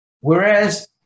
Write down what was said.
Whereas